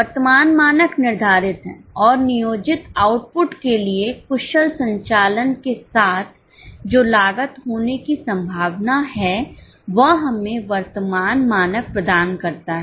वर्तमान मानक निर्धारित हैं और नियोजित आउटपुट के लिए कुशल संचालन के साथ जो लागत होने की संभावना है वह हमें वर्तमान मानक प्रदान करता है